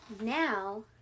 Now